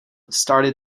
started